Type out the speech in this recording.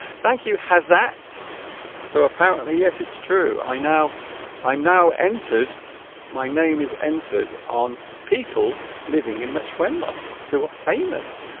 thank you has that so apparently yes it's true i'm now i'm now entered my name is entered on people living in much wenlock who are famous